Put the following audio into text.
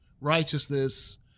righteousness